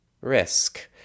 risk